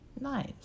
Nice